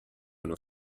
uno